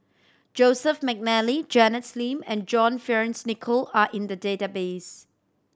Joseph McNally Janet Lim and John Fearns Nicoll are in the database